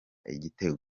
igitego